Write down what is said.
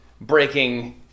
breaking